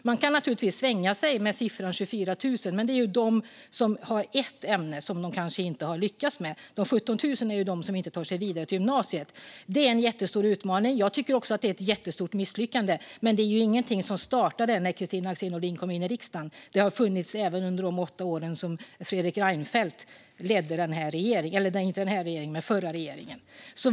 Man kan naturligtvis svänga sig med siffran 24 000, men det är de som har ett ämne som de kanske inte har lyckats med. De ca 17 000 är de som inte tar sig vidare till gymnasiet. Det är en jättestor utmaning. Jag tycker också att det är ett jättestort misslyckande. Men detta är ingenting som startade när Kristina Axén Olin kom in i riksdagen. Det fanns även under de åtta år som Fredrik Reinfeldt ledde regeringen.